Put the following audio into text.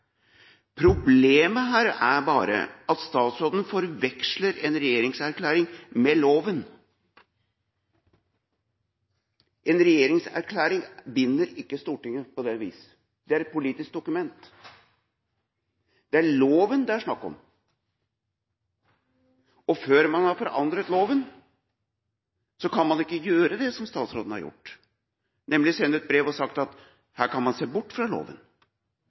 Problemet her er bare at statsråden forveksler en regjeringserklæring med loven. En regjeringserklæring binder ikke Stortinget på det vis, det er et politisk dokument. Det er loven det er snakk om, og før man har forandret loven, kan man ikke gjøre det statsråden har gjort, nemlig å sende et brev hvor man skriver at man kan se bort fra loven,